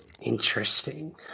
Interesting